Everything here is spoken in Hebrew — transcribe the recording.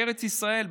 בארץ ישראל,